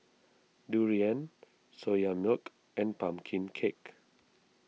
Durian Soya Milk and Pumpkin Cake